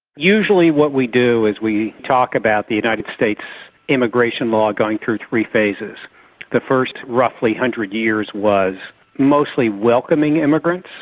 usually what we do is we talk about the united states immigration law going through three phases the first roughly one hundred years was mostly welcoming immigrants,